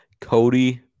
Cody